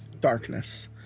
Darkness